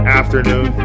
afternoon